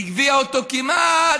הביאה אותה כמעט,